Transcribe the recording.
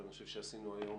אבל אני חושב שעשינו היום